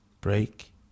break